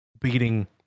beating